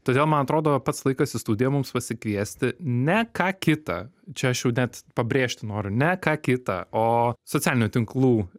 todėl man atrodo pats laikas į studiją mums pasikviesti ne ką kitą čia aš jau net pabrėžti noriu ne ką kitą o socialinių tinklų